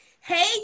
Hey